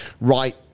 right